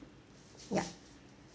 ya